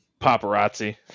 paparazzi